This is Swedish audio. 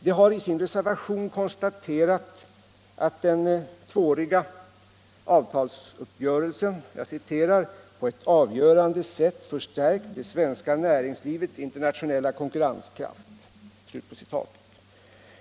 De har i sin reservation nr 2 A vid finansutskottets betänkande konstaterat att den tvååriga avtalsuppgörelsen ”på ett avgörande sätt förstärkt det svenska näringslivets internationella konkurrenskraft”.